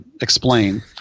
explain